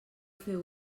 fer